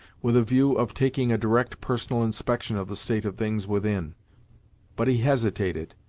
with a view of taking a direct personal inspection of the state of things within but he hesitated.